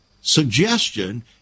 suggestion